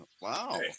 Wow